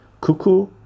cuckoo